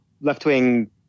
left-wing